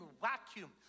vacuum